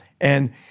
And-